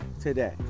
today